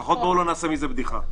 לפחות בואו לא נעשה מזה בדיחה.